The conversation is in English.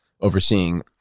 overseeing